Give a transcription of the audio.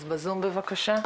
אז בזום בבקשה.